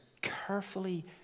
carefully